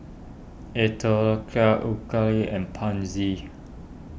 Atopiclair Ocuvite and Pansy